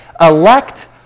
elect